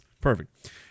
perfect